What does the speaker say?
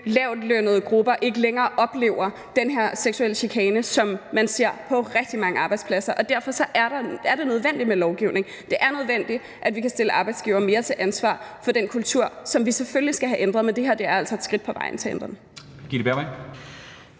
lavtlønnede grupper ikke længere oplever den her seksuelle chikane, som man ser på rigtig mange arbejdspladser. Og derfor er det nødvendigt med lovgivning, og det er nødvendigt, at vi kan stille arbejdsgiveren mere til ansvar for den kultur, som vi selvfølgelig skal have ændret. Men det her er altså et skridt på vejen til at ændre den.